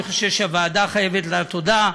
אני חושב שהוועדה חייבת לה תודה.